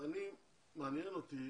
מעניין אותי